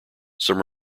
some